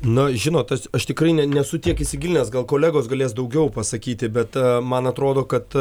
na žinot aš aš tikrai nesu tiek įsigilinęs gal kolegos galės daugiau pasakyti bet man atrodo kad